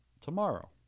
tomorrow